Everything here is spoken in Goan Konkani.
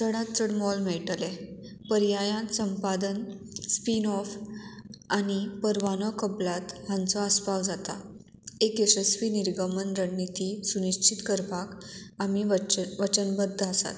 चडांत चड मोल मेळटलें पर्यायांत संपादन स्पीन ऑफ आनी परवानो कबलात हांचो आस्पाव जाता एक यशस्वी निर्गमन रणणीती सुनिश्चित करपाक आमी वच वचनबद्द आसात